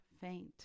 faint